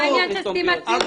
זה לא עניין של סתימת פיות,